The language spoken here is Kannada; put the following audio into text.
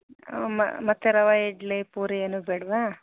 ಮ ಮತ್ತೆ ರವಾ ಇಡ್ಲಿ ಪೂರಿ ಏನೂ ಬೇಡ್ವಾ